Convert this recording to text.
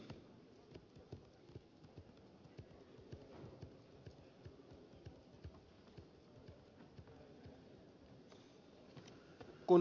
kunnioitettu puhemies